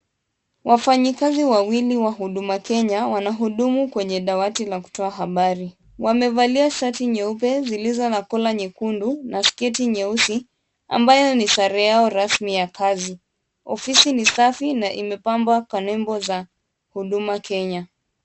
Wafanyikazi wawili wa huduma Kenya wanahudumu kwenye dawati la kutoa habari, wamevalia shati nyeupe zilizo na kola nyekundu na sketi nyeusi ambayo ni sare yao rasmi ya kazi, ofisi ni safi na imepambwa kwa nembo za huduma Kenya.